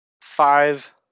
five